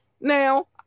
Now